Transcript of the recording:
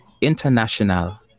International